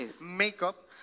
Makeup